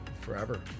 forever